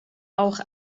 auch